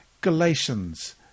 Galatians